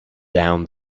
down